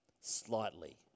slightly